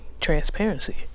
transparency